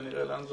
ונראה לאן זה